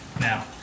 now